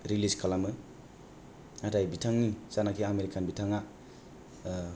release खालामो नाथाय बिथांनि जानाखि आमिर खान बिथाङा